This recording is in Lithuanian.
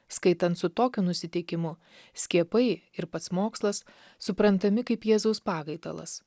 skaitant su tokiu nusiteikimu skiepai ir pats mokslas suprantami kaip jėzaus pakaitalas